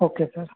okay sir